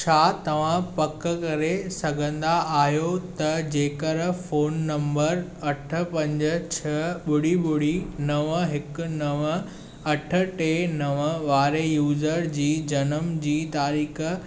छा तव्हां पक करे सघंदा आहियो त जेकर फोन नंबर अठ पंज छह ॿुड़ी ॿुड़ी नव हिकु नव अठ टे नव वारे यूज़र जी जनमु जी तारीख़